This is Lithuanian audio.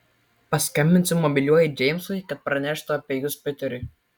paskambinsiu mobiliuoju džeimsui kad praneštų apie jus piteriui